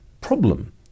problem